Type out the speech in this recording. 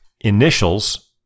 Initials